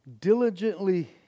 diligently